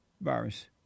virus